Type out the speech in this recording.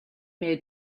made